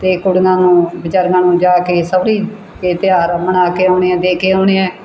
ਅਤੇ ਕੁੜੀਆਂ ਨੂੰ ਵਿਚਾਰੀਆਂ ਨੂੰ ਜਾ ਕੇ ਸਹੁਰੀ ਇਹ ਤਿਉਹਾਰ ਮਨਾ ਕੇ ਆਉਣੇ ਹੈ ਦੇ ਕੇ ਆਉਣੇ ਹੈ